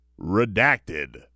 redacted